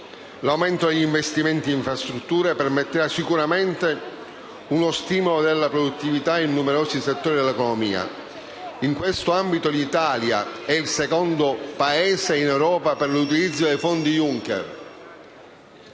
L'aumento degli investimenti in infrastrutture permetterà sicuramente uno stimolo della produttività in numerosi settori dell'economia. In questo ambito, l'Italia è il secondo Paese in Europa per l'utilizzo dei fondi del